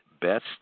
best